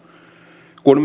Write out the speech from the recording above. kun